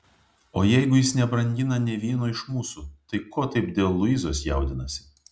o jeigu jis nebrangina nė vieno iš mūsų tai ko taip dėl luizos jaudinasi